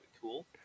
cool